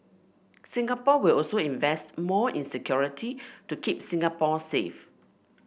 Singapore will also invest more in security to keep Singapore safe